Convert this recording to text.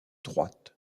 droite